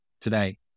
today